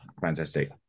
fantastic